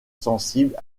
sensible